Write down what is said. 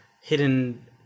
Hidden